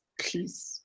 please